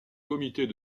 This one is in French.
comités